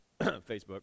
Facebook